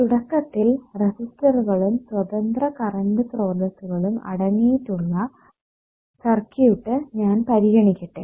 തുടക്കത്തിൽ റെസിസ്റ്ററുകളും സ്വതന്ത്ര കറണ്ട് സ്രോതസ്സുകളും അടങ്ങിയിട്ടുള്ള സർക്യൂട്ട് ഞാൻ പരിഗണിക്കട്ടെ